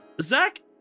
Zach